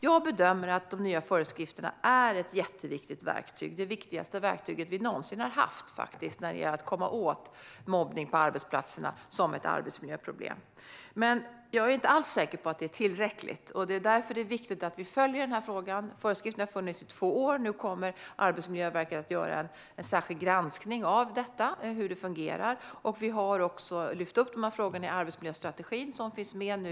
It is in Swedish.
Jag bedömer att de nya föreskrifterna är ett jätteviktigt verktyg - faktiskt det viktigaste verktyget vi någonsin haft - när det gäller att komma åt mobbning på arbetsplatserna som ett arbetsmiljöproblem. Men jag är inte alls säker på att det är tillräckligt, och det är därför viktigt att vi följer frågan. Föreskrifterna har funnits i två år, och nu kommer Arbetsmiljöverket att göra en särskild granskning av hur detta fungerar. Vi har också lyft upp frågorna i arbetsmiljöstrategin, som finns med nu.